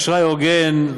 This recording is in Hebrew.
אשראי הוגן,